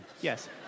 Yes